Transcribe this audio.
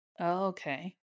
Okay